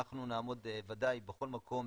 אנחנו נעמוד בוודאי בכל מקום,